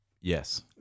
Yes